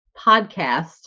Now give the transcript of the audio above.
podcast